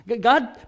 God